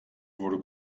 wurde